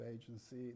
agency